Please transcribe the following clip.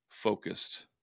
focused